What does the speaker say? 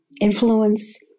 influence